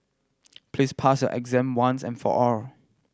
please pass your exam once and for all